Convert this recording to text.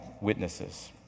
witnesses